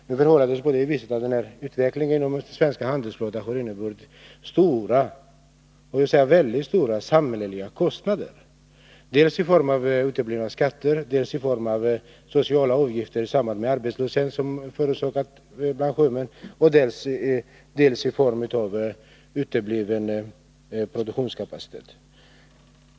Det förhåller sig på det viset att den utveckling som den svenska handelsflottan har genomgått har inneburit väldiga samhälleliga kostnader, dels i form av uteblivna skatter, dels i form av utbetalning av sociala avgifter i samband med den arbetslöshet som förorsakats bland sjömännen och dels i form av utebliven produktionskapacitet.